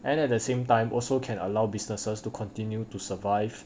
and at the same time also can allow businesses to continue to survive